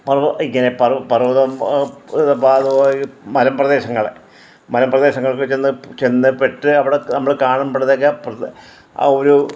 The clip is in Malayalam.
പർവത ഇങ്ങനെ പർവതം ഇത് പാത മലമ്പ്രദേശങ്ങള് മലമ്പ്രദേശങ്ങളിലേക്കൊക്കെ ചെന്ന് ചെന്ന് പെട്ട് അവിടെ നമ്മള് കാണുമ്പോളത്തെക്ക് ആ ഒരു